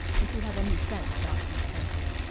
if you have any sense it ought to be plenty.